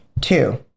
two